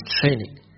training